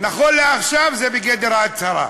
נכון לעכשיו זה בגדר הצהרה,